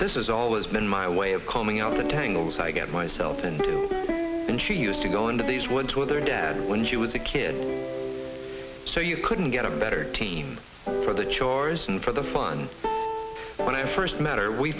this is always been my way of combing out the tangles i get myself in and she used to go into these woods with their dad when she was a kid so you couldn't get a better team for the chores and for the fun when i first met her we